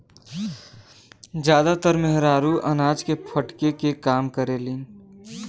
जादातर मेहरारू अनाज के फटके के काम करेलिन